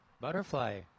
butterfly